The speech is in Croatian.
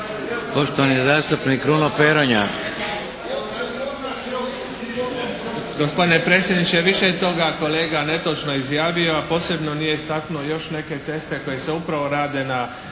Gospodine predsjedniče više je toga kolega netočno izjavio, a posebno nije istaknuo još neke ceste koje se upravo rade